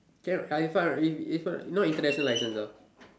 can I find right it's it's not no no international license ah